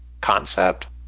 concept